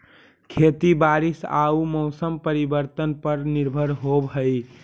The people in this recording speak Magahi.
खेती बारिश आऊ मौसम परिवर्तन पर निर्भर होव हई